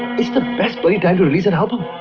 it's the best but time to release an album.